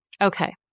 Okay